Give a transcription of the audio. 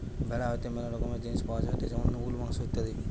ভেড়া হইতে ম্যালা রকমের জিনিস পাওয়া যায়টে যেমন উল, মাংস ইত্যাদি